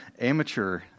Amateur